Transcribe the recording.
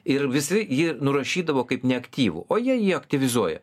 ir visi jį nurašydavo kaip neaktyvų o jie jį aktyvizuoja